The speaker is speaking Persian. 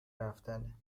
رفتنه